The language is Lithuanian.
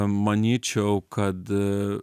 manyčiau kad